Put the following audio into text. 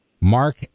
Mark